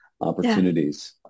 opportunities